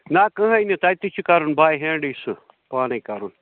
نہ کٕہۭنۍ نہٕ تَتہِ تہِ چھُ کَرُن بَے ہینڈٕے سُہ پانَے کَرُن